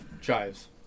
Chives